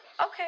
Okay